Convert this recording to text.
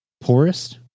poorest